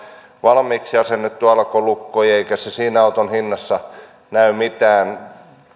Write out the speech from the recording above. valmiiksi asennettu alkolukko eikä se siinä auton hinnassa näy mitään